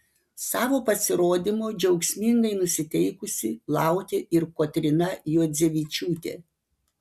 savo pasirodymo džiaugsmingai nusiteikusi laukė ir kotryna juodzevičiūtė